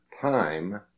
time